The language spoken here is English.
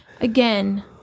again